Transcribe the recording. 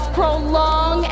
prolong